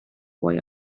boy